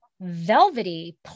velvety